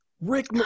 Rick